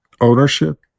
ownership